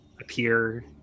appear